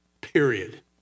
period